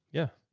yeah.